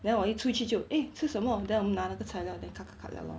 then 我一出去就 eh 吃什么 then 我们拿那个材料 then cut cut cut liao lor